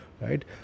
Right